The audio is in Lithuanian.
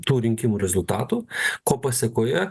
tų rinkimų rezultatų ko pasėkoje